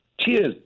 Cheers